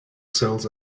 cells